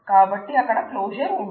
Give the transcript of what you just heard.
కాబట్టి అక్కడ క్లోజర్ ఉండాలి